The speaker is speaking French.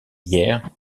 hier